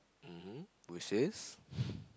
um hmm which is